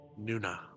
Nuna